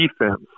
defense